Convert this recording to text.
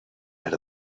era